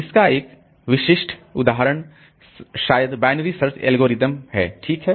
इसका एक विशिष्ट उदाहरण शायद बाइनरी सर्च एल्गोरिथ्महै ठीक है